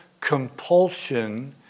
compulsion